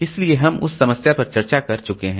इसलिए हम उस समस्या पर चर्चा कर चुके हैं